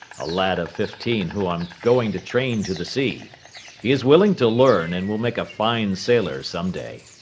a lad of fifteen whom i am going to train to the sea he is willing to learn, and will make a fine sailor some day.